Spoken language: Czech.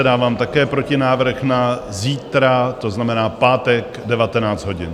Dávám také protinávrh na zítra, to znamená pátek, 19 hodin.